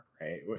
right